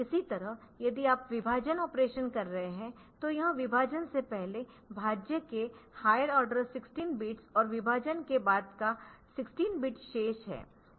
इसी तरह यदि आप विभाजन ऑपरेशन कर रहे है तो यह विभाजन से पहले भाज्य के हायर आर्डर 16 बिट्स और विभाजन के बाद का 16 बिट शेष है